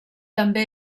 també